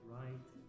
right